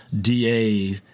DA